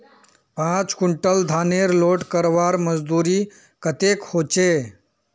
पाँच कुंटल धानेर लोड करवार मजदूरी कतेक होचए?